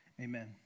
amen